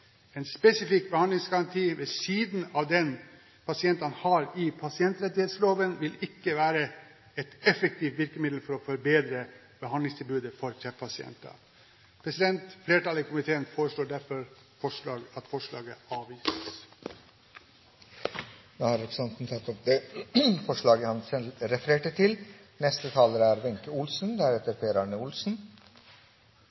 En spesifikk behandlingsgaranti ved siden av den pasientene har i pasientrettighetsloven, vil ikke være et effektivt virkemiddel for å forbedre behandlingstilbudet for kreftpasienter. Flertallet i komiteen foreslår derfor at forslaget avvises. Det er bred enighet om at pasienter som rammes av kreft, skal til behandling raskt, og at behandlingen skal ha en høy kvalitet. Det er